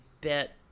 bet